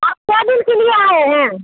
आपके दिन कै लिए आए हैं